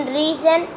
reason